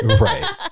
Right